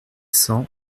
cents